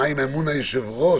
מה עם אמון היושב-ראש?